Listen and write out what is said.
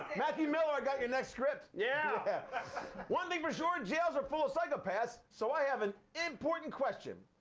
matthew miller, i got your next script. yeah one thing for sure, jails are full of psychopaths, so i have an important question.